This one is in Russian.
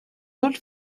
роль